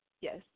Yes